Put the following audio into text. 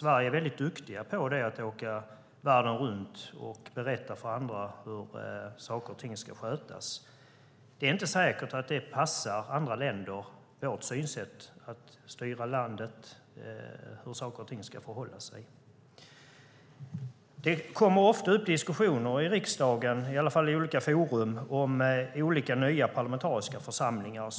Sverige är bra på att världen runt berätta för andra hur saker och ting ska skötas. Det är inte säkert att vårt synsätt på hur saker och ting ska förhålla sig passar andra länder. Det kommer ofta upp diskussioner i olika forum i riksdagen om olika nya parlamentariska församlingar